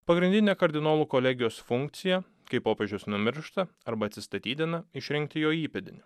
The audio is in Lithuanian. pagrindinė kardinolų kolegijos funkcija kai popiežius numiršta arba atsistatydina išrinkti jo įpėdinį